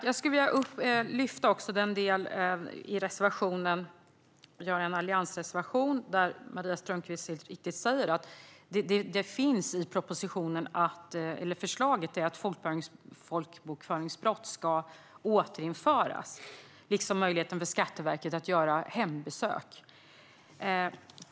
Fru talman! Jag skulle också vilja ta upp en del i den alliansreservation vi har. Maria Strömkvist säger helt riktigt att det finns med i propositionen att folkbokföringsbrott ska återinföras, liksom möjligheten för Skatteverket att göra hembesök.